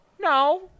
No